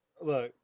Look